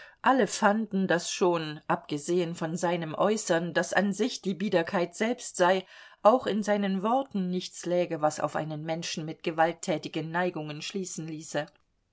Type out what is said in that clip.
alle fanden daß schon abgesehen von seinem äußern das an sich die biederkeit selbst sei auch in seinen worten nichts läge was auf einen menschen mit gewalttätigen neigungen schließen ließe